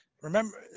remember